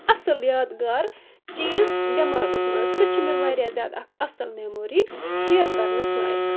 اَصٕل یادگار چیٖز دٮ۪ماغس منٛز سُہ چھُ مےٚ واریاہ زیادٕ اَکھ اَصٕل میٚمورۍ شِیر کَرنس لایق